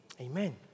Amen